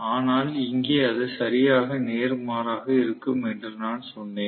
ஆனால் இங்கே அது சரியாக நேர்மாறாக இருக்கும் என்று நான் சொன்னேன்